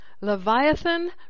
Leviathan